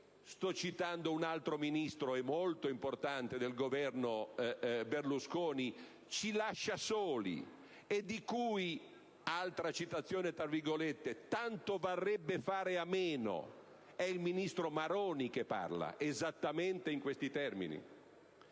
sto citando un altro Ministro molto importante del Governo Berlusconi - ci lascia soli e di cui - altra citazione - «tanto varrebbe fare a meno»? È il ministro Maroni che parla esattamente in questi termini.